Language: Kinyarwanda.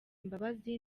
imbabazi